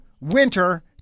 winter